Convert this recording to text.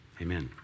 amen